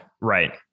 Right